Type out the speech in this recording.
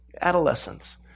adolescence